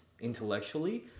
intellectually